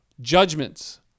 judgments